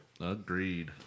agreed